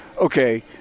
okay